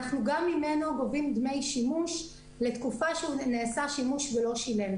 אנחנו גם ממנו גובים דמי שימוש לתקופה שנעשה שימוש ולא שימוש.